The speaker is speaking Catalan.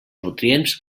nutrients